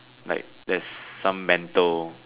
like there's some mental